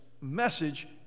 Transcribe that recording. message